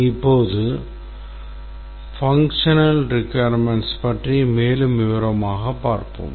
இப்போது செயல்பாட்டுத் தேவைகளைப் பற்றி மேலும் விவரமாக பார்ப்போம்